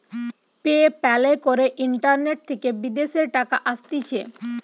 pay প্যালে করে internet থেকে বিদেশের টাকা আসতিছে